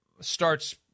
starts